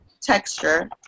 texture